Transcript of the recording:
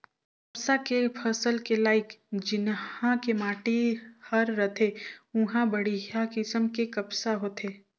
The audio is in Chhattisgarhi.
कपसा के फसल के लाइक जिन्हा के माटी हर रथे उंहा बड़िहा किसम के कपसा होथे